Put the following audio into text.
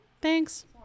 thanks